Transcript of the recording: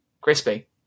Crispy